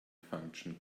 function